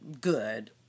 good